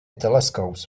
telescopes